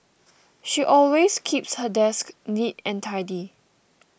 she always keeps her desk neat and tidy